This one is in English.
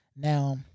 Now